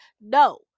No